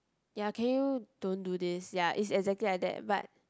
ya can you don't do this ya is exactly like that but